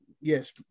yes